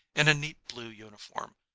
in a neat blue uniform,